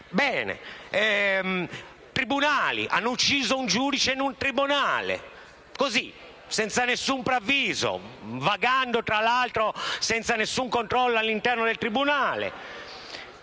i tribunali, hanno ucciso un giudice in un tribunale, così, senza nessun preavviso, vagando tra l'altro senza nessun controllo all'interno del tribunale.